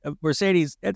Mercedes